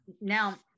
Now